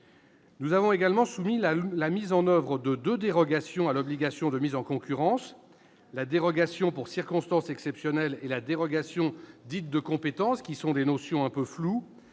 Nous avons aussi soumis la mise en oeuvre de deux dérogations à l'obligation de mise en concurrence- la dérogation pour circonstances exceptionnelles et la dérogation dite de compétence, deux notions un peu floues